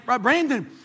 Brandon